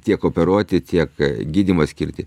tiek operuoti tiek gydymą skirti